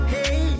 Hey